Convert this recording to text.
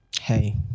hey